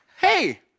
hey